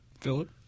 Philip